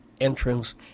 entrance